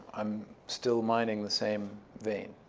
i'm still mining the same vein.